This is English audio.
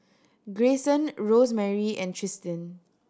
Greyson Rosemarie and Tristin